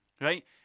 right